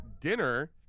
Dinner